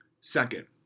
Second